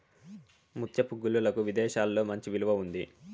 ముత్యపు గుల్లలకు విదేశాలలో మంచి విలువ ఉంది